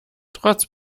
trotz